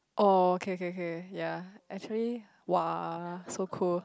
oh okay okay okay ya actually !wah! so cool